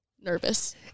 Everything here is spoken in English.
nervous